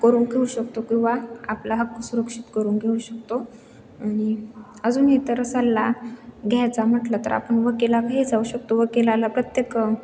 करून घेऊ शकतो किंवा आपला हक्क सुरक्षित करून घेऊ शकतो आणि अजून हे तर सल्ला घ्यायचा म्हटलं तर आपण वकीलाकडे जाऊ शकतो वकीलाला प्रत्येक